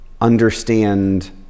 understand